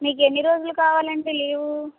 మీకు ఎన్ని రోజులు కావాలండి లీవ్